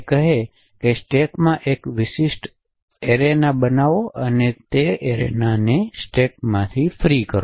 જે કહે છે કે સ્ટેકમાં એક વિશિષ્ટ એરેના બનાવો અને તે એરેનાને સ્ટેકમાં ફ્રી કરો